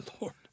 Lord